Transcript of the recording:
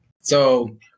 So-